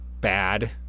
bad